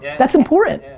that's important.